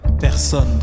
personne